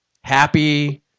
happy